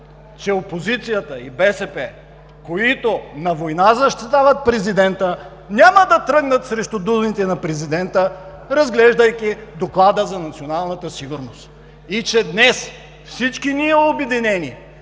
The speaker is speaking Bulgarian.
че опозицията и БСП, които на война защитават президента, няма да тръгнат срещу думите на президента, разглеждайки Доклада за националната сигурност, и че днес, всички ние – обединени,